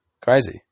crazy